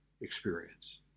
experience